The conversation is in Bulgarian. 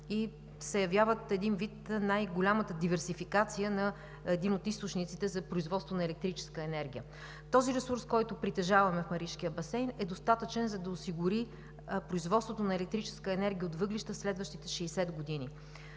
и се явяват един вид най-голямата диверсификация на един от източниците за производство на електрическа енергия. Този ресурс, който притежаваме в Маришкия басейн, е достатъчен, за да осигури производството на електрическа енергия от въглища в следващите 60 години.